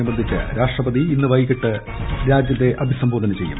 അനുബന്ധിച്ച് രാഷ്ട്രപതി ഇന്ന് വൈകിട്ട് രാഷ്ട്രത്തെ അഭിസംബോധന ചെയ്യും